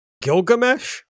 Gilgamesh